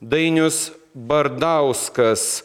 dainius bardauskas